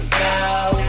now